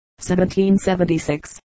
1776